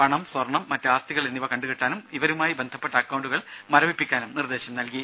പണം സ്വർണ്ണം മറ്റു ആസ്തികൾ എന്നിവ കണ്ടു കെട്ടാനും ഇവരുമായി ബന്ധപ്പെട്ട അക്കൌണ്ടുകൾ മരവിപ്പിക്കാനും നിർദേശം നൽകി